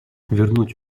вернуть